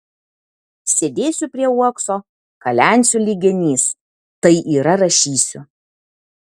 sėdėsiu prie uokso kalensiu lyg genys tai yra rašysiu